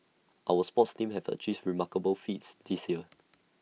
our sports teams have achieved remarkable feats this year